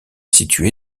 situé